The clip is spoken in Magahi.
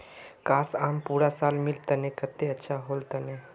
काश, आम पूरा साल मिल तने कत्ते अच्छा होल तने